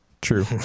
True